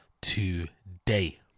today